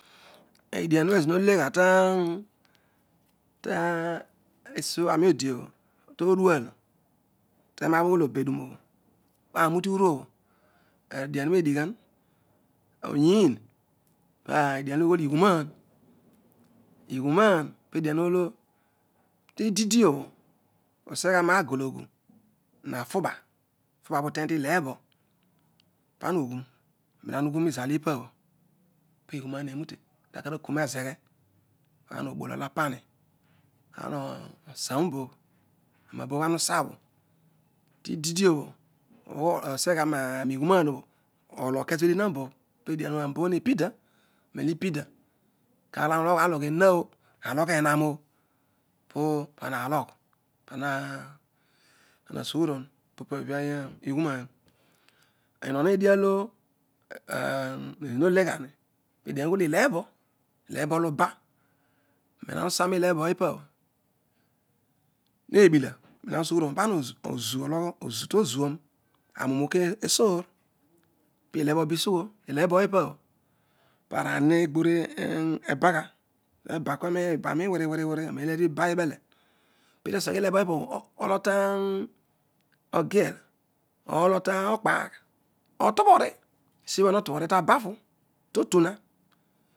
Edian obho ezira ho legha tan tan esiobho ani odo obho to dual tenabho ughol obedun obho pan. unute uru obho ara dien obho edi- ghan onyii pa edian olo ughol ighunan ighunan po edian olo tididi obho useghe gha na gologu hafuba afuba obho uteny tilebo pana ogun nela ha ughun ezahpa pighunan he nute anta kana kun azeghe pana okpooy ologh tapani ana oba aboon ana bobho obho ana usabho tidi dio bho useghe gha nighunan obho olo kezo bho edian anbobh pa anbobh obho nepida neio ipida kaalo ana ulogh. ana ulogh ena oh alogh enam oh, popa na loyh pa nan pana sughu rou baap obho ighuman inon edian olo ezoor hole ghani edian olo ughoh ilebo ilebo olo uba melo ana usa nile so ipa ne bila bha na usughuron pana ozu oloyhe ozu to zuon anuua obho besore pilebo parahi eghoor ne bagha teba kua ebani wiri wiriuiri nelo eedi iba ibehe poedi oseghe ilebo ipa bho ologh tan ogel or ologh to kpagh otobhori sibha no to bhori tabafu totuna